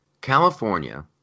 California